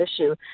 issue